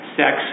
sex